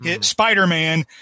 Spider-Man